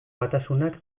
batasunak